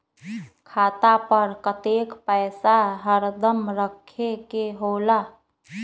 खाता पर कतेक पैसा हरदम रखखे के होला?